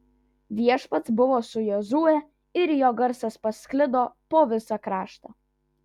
viešpats buvo su jozue ir jo garsas pasklido po visą kraštą